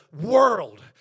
world